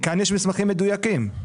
כאן יש מסמכים מדויקים.